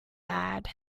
bad